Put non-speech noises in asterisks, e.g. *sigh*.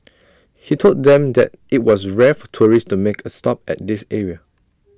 *noise* he told them that IT was rare for tourists to make A stop at this area